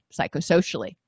psychosocially